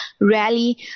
rally